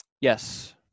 Yes